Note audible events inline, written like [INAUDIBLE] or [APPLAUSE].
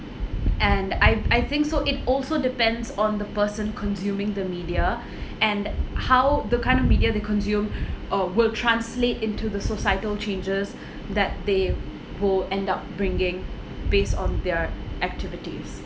and I I think so it also depends on the person consuming the media [BREATH] and how the current media they consume [BREATH] or will translate into the societal changes [BREATH] that they who end up bringing based on their activities